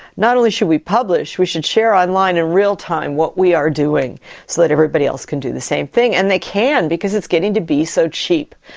not only should we publish, we should share online in real time what we are doing so that everybody else can do the same thing, and they can because it's getting to be so cheap.